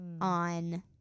on